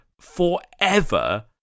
forever